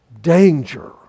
danger